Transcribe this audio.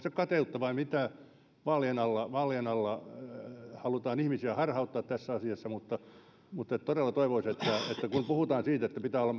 se kateutta vai mitä vaalien alla haluaa ihmisiä harhauttaa tässä asiassa mutta mutta todella toivoisin että kun puhutaan siitä että pitää olla